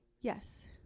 Yes